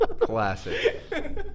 Classic